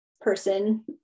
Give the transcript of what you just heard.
person